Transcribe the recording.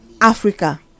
africa